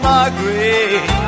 Margaret